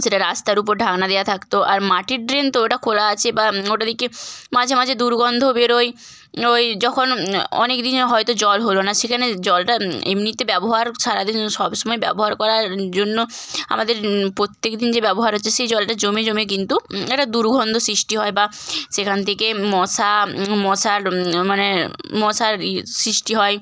সেটা রাস্তার উপর ঢাকনা দেওয়া থাকত আর মাটির ড্রেন তো ওটা খোলা আছে বা ওটা দিকে মাঝে মাঝে দুর্গন্ধ বেরোয় ওই যখন অনেক দিনের হয়তো জল হলো না সেখানে জলটা এমনিতে ব্যবহার সারা দিন সবসময় ব্যবহার করার জন্য আমাদের প্রত্যেকদিন যে ব্যবহার হচ্ছে সেই জলটা জমে জমে কিন্তু একটা দুর্গন্ধ সৃষ্টি হয় বা সেখান থেকে মশা মশার মানে মশার ইয়ে সৃষ্টি হয়